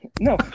No